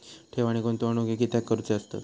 ठेव आणि गुंतवणूक हे कित्याक करुचे असतत?